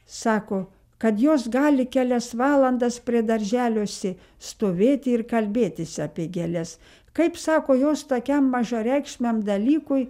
sako kad jos gali kelias valandas prie darželiuose stovėti ir kalbėtis apie gėles kaip sako jos tokiam mažareikšmiam dalykui